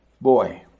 boy